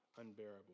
unbearable